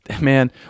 man